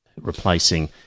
replacing